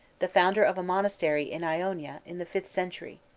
the founder of a monastery in iona in the fifth century.